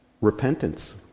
repentance